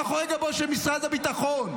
מאחורי גבו של משרד הביטחון?